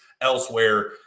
elsewhere